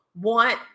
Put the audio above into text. want